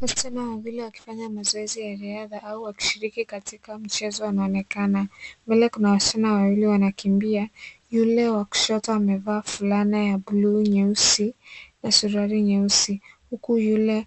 Wasichana wawili wakifanya mazoezi ya riadha au wakishiriki katika mchezo wanaonekana. Mbele kuna wasichana wawili wanakimbia, yule wa kushoto amevaa fulana ya bluu nyeusi na suruali nyeusi, huku yule